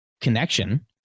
connection